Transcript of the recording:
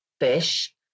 fish